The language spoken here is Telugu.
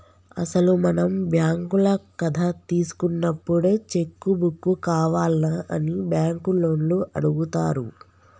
అసలు మనం బ్యాంకుల కథ తీసుకున్నప్పుడే చెక్కు బుక్కు కావాల్నా అని బ్యాంకు లోన్లు అడుగుతారు